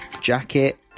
Jacket